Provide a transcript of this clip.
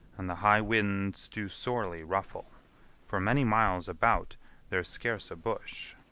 and the high winds do sorely ruffle for many miles about there's scarce a bush.